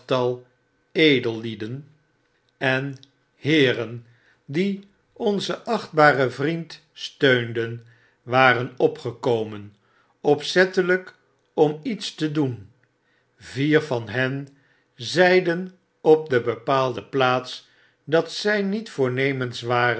edellieden en heeren die onzen achtbaren vriend steunden waren opgekomen oj zettelijk om iets te doen vier van hen zeiden op de bepaalde plaats dat zij niet voornemens waren